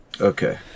Okay